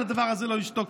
על הדבר הזה לא ישתוק.